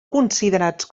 considerats